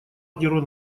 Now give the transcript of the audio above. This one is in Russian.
ордеру